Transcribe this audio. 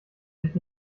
sich